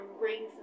rings